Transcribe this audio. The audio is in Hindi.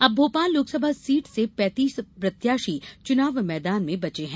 अब भोपाल लोकसभा सीट से पैंतीस प्रत्याशी चुनाव मैदान में बचे हैं